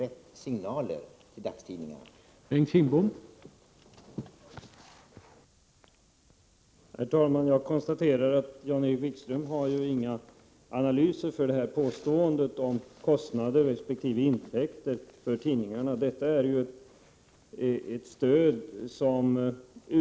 Är signalerna i dagstidningarna verkligen de rätta?